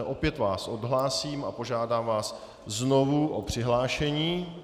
Opět vás odhlásím a požádám vás znovu o přihlášení.